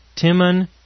Timon